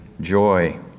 joy